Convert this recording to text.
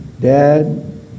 dad